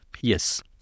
yes